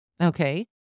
Okay